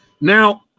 Now